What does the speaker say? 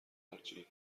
خرجی